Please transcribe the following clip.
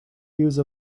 use